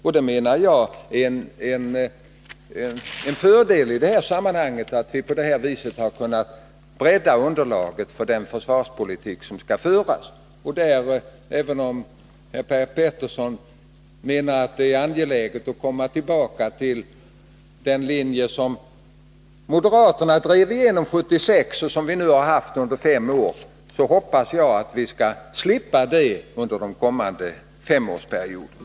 Och jag menar att det är en fördel att vi på det viset har kunnat bredda underlaget för den försvarspolitik som skall föras. Även om Per Petersson menar att det är angeläget att komma tillbaka till den linje som moderaterna drev igenom 1976 och som nu har varit gällande i fem år hoppas jag att vi skall slippa det under den kommande femårsperioden.